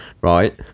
Right